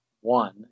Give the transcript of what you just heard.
one